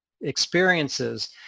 experiences